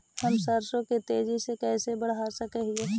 हम सरसों के तेजी से कैसे बढ़ा सक हिय?